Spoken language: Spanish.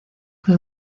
que